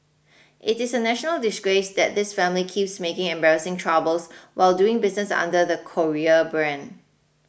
it is a national disgrace that this family keeps making embarrassing troubles while doing business under the Korea brand